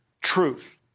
Truth